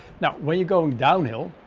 now, when you're going downhill,